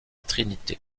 trinité